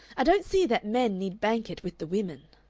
i don't see that men need bank it with the women.